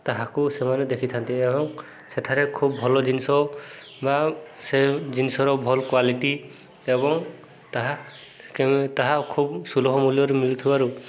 ତାହାକୁ ସେମାନେ ଦେଖିଥାନ୍ତି ଏବଂ ସେଠାରେ ଖୁବ ଭଲ ଜିନିଷ ବା ସେ ଜିନିଷର ଭଲ କ୍ଵାଲିଟି ଏବଂ ତାହା ତାହା ଖୁବ ସୁଲଭ ମୂଲ୍ୟରେ ମିଳୁଥିବାରୁ